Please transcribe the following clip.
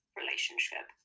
relationship